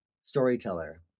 storyteller